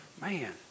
Man